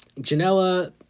Janela